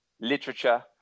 literature